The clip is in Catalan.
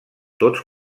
tots